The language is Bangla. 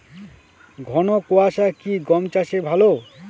ঘন কোয়াশা কি গম চাষে ভালো?